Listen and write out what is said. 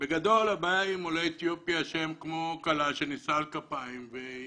נזיפה חמורה, הם קוראים לה, לכן